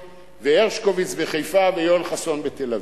והרשקוביץ בחיפה ויואל חסון בתל-אביב.